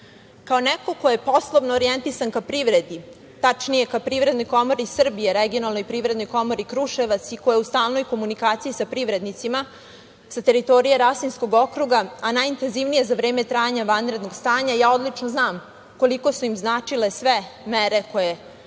neko ko je poslovno orjentisan ka privredi, tačnije ka Privredinoj komori Srbije, regionalnoj Privrednoj komori Kruševac i koja je u stalnoj komunikaciji sa privrednicima sa teritorije Rasinskog okruga, a najintenzivnije za vreme trajanja vanrednog stanja, ja odlično znam koliko su im značile sve mere koje su